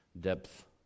depth